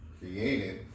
created